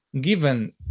given